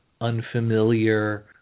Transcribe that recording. unfamiliar